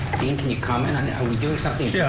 can you comment on that, are we doing something? yeah,